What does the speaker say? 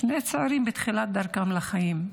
שני צעירים בתחילת דרכם בחיים.